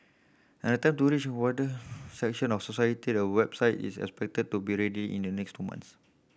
and tend to reach a wider section of society a website is expected to be ready in the next two month